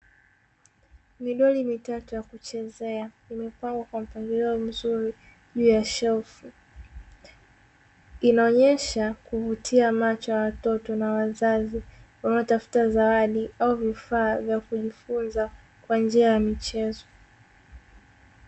Midori mitatu ya kuchezea imepangwa kwa mpangilio mzuri juu ya shelfu, inaonyesha kuvutia macho ya watoto na wazazi wanao tafuta zawadi au vifaa vya kujifunza kwa njia ya michezo.